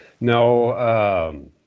no